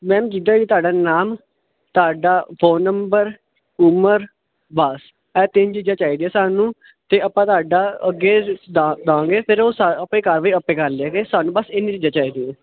ma'am ਜਿੱਦਾ ਜੀ ਤੁਹਾਡਾ ਨਾਮ ਤੁਹਾਡਾ ਫੋਨ ਨੰਬਰ ਉਮਰ ਬਸ ਐਹ ਤਿੰਨ ਚੀਜ਼ਾਂ ਚਾਹੀਦੀਆਂ ਸਾਨੂੰ ਤੇ ਆਪਾਂ ਤੁਹਾਡਾ ਅੱਗੇ ਦਾਂਗੇ ਫਿਰ ਉਹ ਆਪੇ ਕਾਰਵਾਈ ਆਪੇ ਕਰ ਲੇਗੇ ਸਾਨੂੰ ਬਸ ਇੰਨੀ ਚੀਜ਼ਾਂ ਚਾਹੀਦੀਆਂ